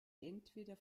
entweder